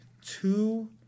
Two